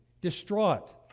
distraught